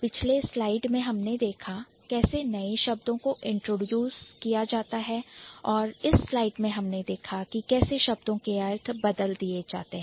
पिछले स्लाइड में हमने देखा कि कैसे नए शब्दों को Introduce इंट्रोड्यूस किया जाता है और इस slide में हमने देखा कि कैसे शब्दों के अर्थ बदले जाते हैं